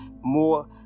more